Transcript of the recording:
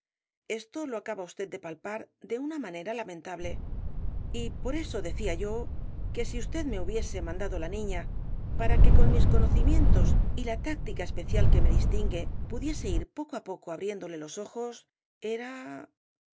esto lo acaba usted de palpar de una manera lamentable y por eso decía yo que si usted me hubiese mandado la niña para que con mis conocimientos y la táctica especial que me distingue pudiese ir poco á poco abriéndole los ojos era